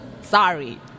sorry